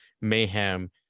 mayhem